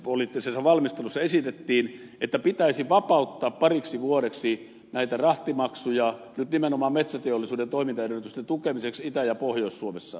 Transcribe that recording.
liikennepoliittisessa valmistelussa esitettiin että pitäisi vapauttaa pariksi vuodeksi näitä rahtimaksuja nyt nimenomaan metsäteollisuuden toimintaedellytysten tukemiseksi itä ja pohjois suomessa